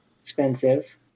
expensive